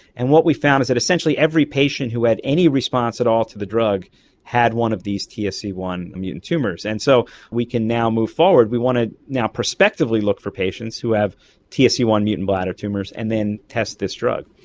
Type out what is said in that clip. and what we found is that essentially every patient who had any response at all to the drug had one of these t s e one mutant tumours, and so we can now move forward. we want to now prospectively look for patients who have t s e one mutant bladder tumours and then test this drug.